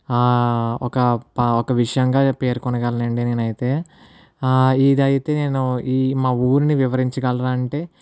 ఒక ఒక విషయంగా పేర్కొనగలనండి నేను అయితే ఇదైతే నేను ఈ మా ఊరిని వివరించగలవా అంటే